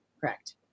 Correct